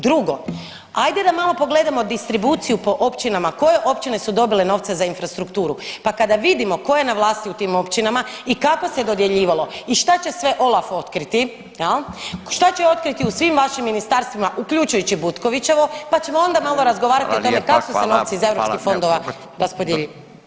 Drugo, ajde da malo pogledamo distribuciju po općinama koje općine su dobile novce za infrastrukturu, pa kada vidimo tko je na vlasti u tim općinama i kako se dodjeljivalo i šta će sve OLAF otkriti jel, šta će otkriti u svim vašim ministarstvima uključujući Butkovićevo pa ćemo onda malo razgovarati o tome kak su se [[Upadica: Hvala lijepa, hvala.]] novci iz europskih fondova raspodjeli.